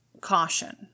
caution